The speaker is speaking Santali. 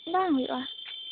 ᱵᱟᱝ ᱦᱩᱭᱩᱜᱼᱟ